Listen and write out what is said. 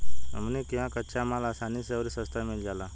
हमनी किहा कच्चा माल असानी से अउरी सस्ता मिल जाला